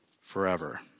forever